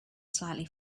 slightly